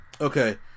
Okay